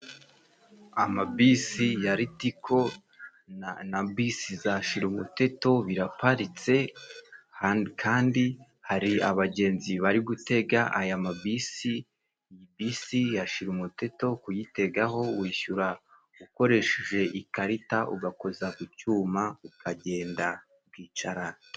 Amabisi ya litiko na bisi za shirumuteto biraparitse, kandi hari abagenzi bari gutega aya mabisi, iyi bisi ya shirumuteto kuyitegaho, wishyura ukoresheje ikarita ugakoza ku cyuma ukagenda ukicara.